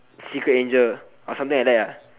secret angel or something like that